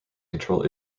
control